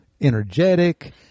energetic